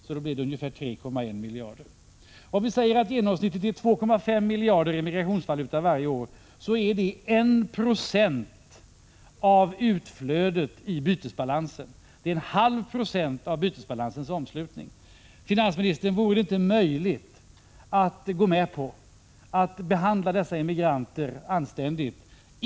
Om vi säger att emigrationsvalutan i genomsnitt är 2,5 miljarder varje år, så är det 127 av utflödet i bytesbalansen och en halv procent av bytesbalansens omslutning. Finansministern! Vore det inte möjligt att gå med på att behandla dessa emigranter anständigt?